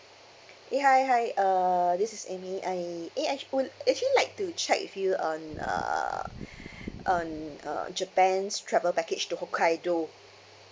eh hi hi uh this is amy I eh actu~ would actually like to check with you on uh on uh japan travel package to hokkaido